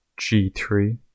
g3